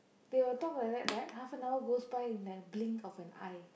they will talk like that right half an hour goes by in the blink of an eye